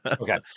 Okay